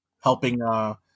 helping